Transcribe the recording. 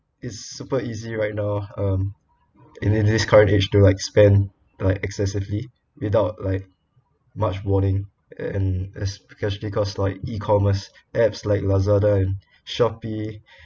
it's super easy right now um in in this current age like to spend like excessively without like much warning and especially cause like E commerce apps like lazada and shopee